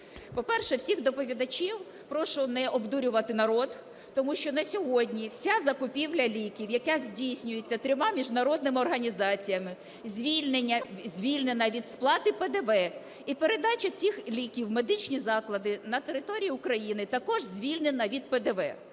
По-перше, всіх доповідачів прошу не обдурювати народ, тому що на сьогодні вся закупівля ліків, яка здійснюється трьома міжнародними організаціями, звільнена від сплати ПДВ, і передача цих ліків в медичні заклади на території України також звільнено від ПДВ.